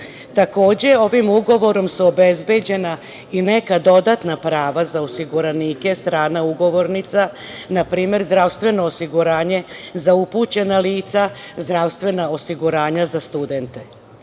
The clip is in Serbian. bolesti. Takođe, ovim ugovorom su obezbeđena i neka dodatna prava za osiguranike, strana ugovornica, na primer zdravstveno osiguranje za upućena lica, zdravstvena osiguranja za studente.Za